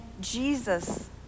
Jesus